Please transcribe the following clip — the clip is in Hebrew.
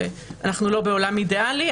ואנחנו לא בעולם אידיאלי,